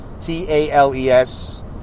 T-A-L-E-S